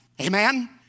Amen